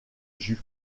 jus